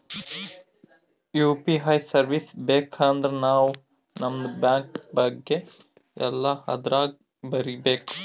you P I service ಬೇಕ್ ಅಂದರ್ ನಾವ್ ನಮ್ದು ಬ್ಯಾಂಕ ಬಗ್ಗೆ ಎಲ್ಲಾ ಅದುರಾಗ್ ಬರೀಬೇಕ್